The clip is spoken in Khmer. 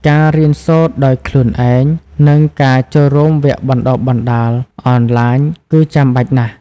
ការរៀនសូត្រដោយខ្លួនឯង និងការចូលរួមវគ្គបណ្តុះបណ្តាលអនឡាញ គឺចាំបាច់ណាស់។